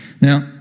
Now